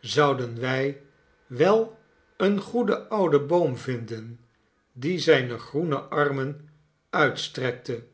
zouden wij wel een goeden ouden boom vinden die zijne groene armen uitstrekte